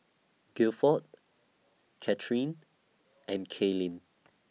Guilford Cathryn and Kalyn